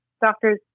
doctor's